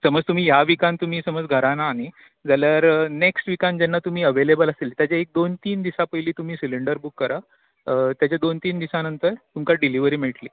समज तुमी ह्या विकान तुमी समज घरा ना न्हय जाल्यार नॅक्स्ट विकान तुमी जेन्ना अवेलेबल आसतलीं ताच्या एक दोन तीन दिसां पयलीं तुमी सिलींडर बूक करां ताज्या दोन तीन दिसां नंतर तुमकां डिलीवरी मेळटली